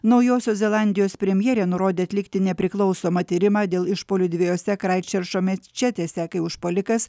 naujosios zelandijos premjerė nurodė atlikti nepriklausomą tyrimą dėl išpuolių dviejose kraitčerčo mečetėse kai užpuolikas